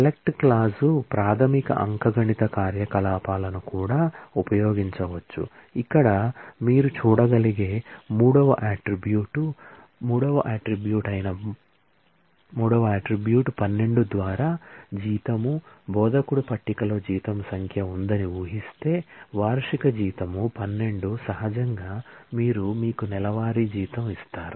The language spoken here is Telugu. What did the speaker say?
సెలెక్ట్ క్లాజ్ ప్రాథమిక అంకగణిత కార్యకలాపాలను కూడా ఉపయోగించవచ్చు ఇక్కడ మీరు చూడగలిగే మూడవ అట్ట్రిబ్యూట్ మూడవ అట్ట్రిబ్యూట్ 12 ద్వారా జీతం బోధకుడు పట్టికలో జీతం సంఖ్య ఉందని వూహిస్తే వార్షిక జీతం 12 సహజంగా మీరు మీకు నెలవారీ జీతం ఇస్తారు